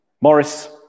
Morris